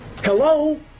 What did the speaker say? Hello